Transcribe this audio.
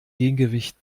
gegengewicht